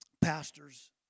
pastors